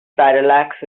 parallax